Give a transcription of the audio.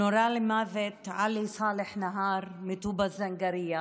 נורה למוות עלי סאלח נהאר מטובא-זנגריה.